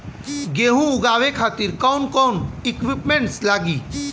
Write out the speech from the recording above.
गेहूं उगावे खातिर कौन कौन इक्विप्मेंट्स लागी?